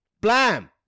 Blam